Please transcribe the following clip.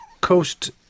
Coast